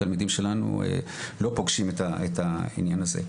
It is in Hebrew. התלמידים שלנו לא פוגשים את העניין הזה.